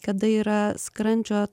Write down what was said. kada yra skrandžio